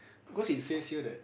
cause it says here that